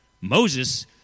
Moses